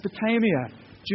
Mesopotamia